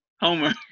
Homer